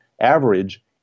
average